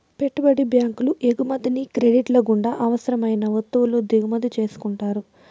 పెట్టుబడి బ్యాంకులు ఎగుమతిని క్రెడిట్ల గుండా అవసరం అయిన వత్తువుల దిగుమతి చేసుకుంటారు